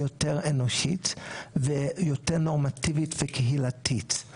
יותר אנושית ויותר נורמטיבית וקהילתית.